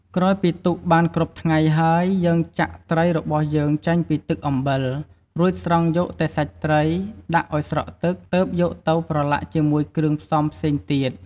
ក្រោយពីទុកបានគ្រប់ថ្ងៃហើយ យើងចាក់ត្រីរបស់យើងចេញពីទឹកអំបិល រួចស្រង់យកតែសាច់ត្រី ដាក់ឱ្យស្រក់ទឹក ទើបយកទៅប្រឡាក់ជាមួយគ្រឿងផ្សំផ្សេងទៀត។